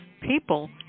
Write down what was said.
people